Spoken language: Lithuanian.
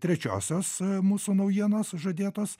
trečiosios mūsų naujienos žadėtos